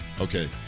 Okay